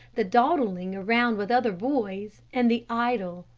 the dawdling around with other boys, and the idle,